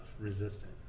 resistant